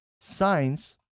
signs